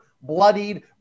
bloodied